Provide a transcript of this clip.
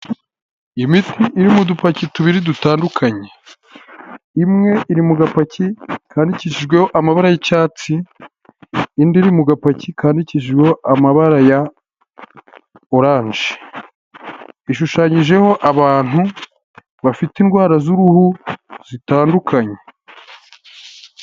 Imiti iri mu dupaki tubiri dutandukanye, imwe iri mu gapaki kandikishijweho amabara y'icyatsi indi iri mu gapaki kandikijweho amabara ya orange, ishushanyijeho abantu bafite indwara z'uruhu zitandukanye.